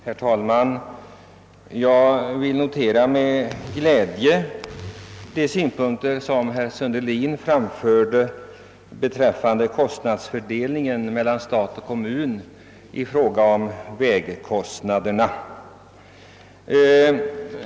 Herr talman! Jag vill med glädje notera de synpunkter som herr Sundelin framförde beträffande fördelningen mellan stat och kommun i fråga om vägkostnaderna vilka helt överensstämmer med de av mig tidigare under debatten framförda.